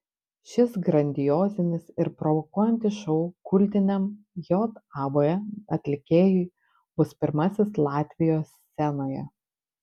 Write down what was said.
šis grandiozinis ir provokuojantis šou kultiniam jav atlikėjui bus pirmasis latvijos scenoje